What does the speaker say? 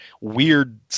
weird